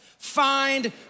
Find